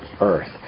earth